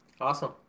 Awesome